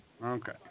Okay